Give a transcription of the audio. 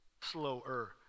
slower